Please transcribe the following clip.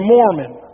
Mormon